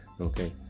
okay